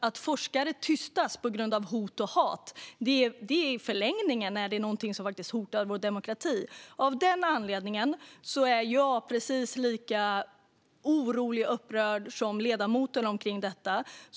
Att forskare tystas på grund av hot och hat hotar i förlängningen vår demokrati. Av den anledningen är jag precis lika orolig och upprörd över detta som ledamoten.